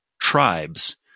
tribes